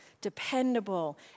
dependable